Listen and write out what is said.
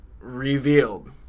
revealed